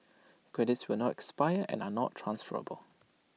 credits will not expire and are not transferable